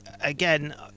Again